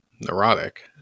neurotic